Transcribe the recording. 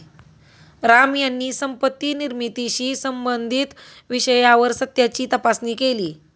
राम यांनी संपत्ती निर्मितीशी संबंधित विषयावर सत्याची तपासणी केली